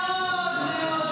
אין לה מושג.